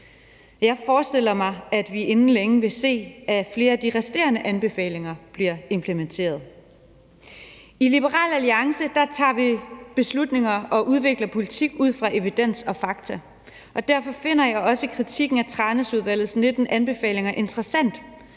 Jeg forestiller mig, at vi inden længe vil se, at flere af de resterende anbefalinger bliver implementeret. I Liberal Alliance tager vi beslutninger og udvikler vi politik ud fra evidens og fakta, og derfor finder jeg også kritikken af Tranæsudvalgets 19 anbefalinger interessant.